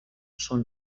són